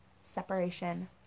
separation